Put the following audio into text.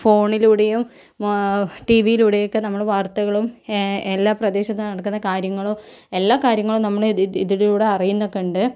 ഫോണിലൂടെയും ടിവിയിലൂടെയൊക്കെ നമ്മള് വാർത്തകളും എല്ലാ പ്രദേശത്ത് നടക്കുന്ന കാര്യങ്ങളും എല്ലാ കാര്യങ്ങളും നമ്മള് ഇതിലൂടെ അറിയുന്നൊക്കെ ഉണ്ട്